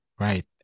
Right